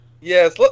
Yes